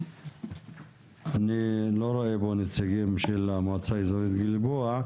אני לא רואה פה נציגים מהמועצה האזורית עצמה.